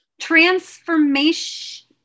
transformation